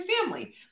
family